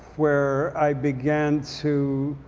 where i began to